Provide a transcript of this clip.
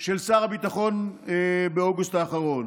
של שר הביטחון באוגוסט האחרון.